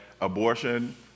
abortion